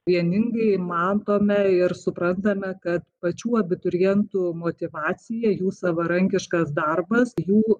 vieningai matome ir suprantame kad pačių abiturientų motyvacija jų savarankiškas darbas jų